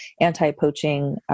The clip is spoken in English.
anti-poaching